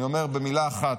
אני אומר במילה אחת: